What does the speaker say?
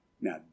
Now